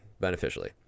beneficially